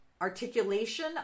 articulation